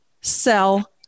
sell